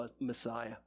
Messiah